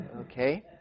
Okay